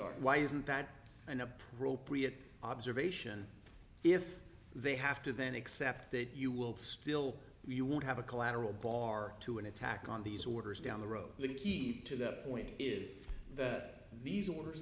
wonder why isn't that an appropriate observation if they have to then except that you will still be you won't have a collateral bar to an attack on these orders down the road when you keep to that point is that these orders